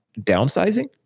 downsizing